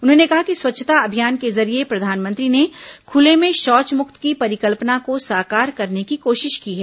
उन्होंने कहा कि स्वच्छता अभियान के जरिये प्रधानमंत्री ने खुले में शौच मुक्त की परिकल्पना को साकार करने की कोशिश की है